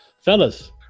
fellas